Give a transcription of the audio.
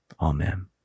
amen